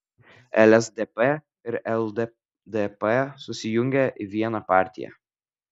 lsdp ir lddp susijungė į vieną partiją